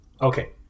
Okay